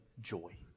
joy